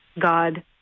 God